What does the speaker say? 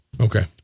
Okay